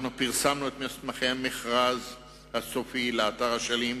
פרסמנו את מסמכי המכרז הסופי לאתר אשלים,